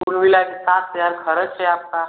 कुल मिलाकर सात हज़ार खर्च है आपका